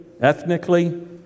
ethnically